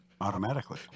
Automatically